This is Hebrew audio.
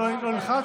לא נלחץ?